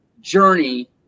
journey